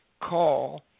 call